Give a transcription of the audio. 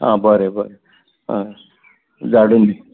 आं बरें बरें हय धाडून दी